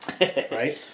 Right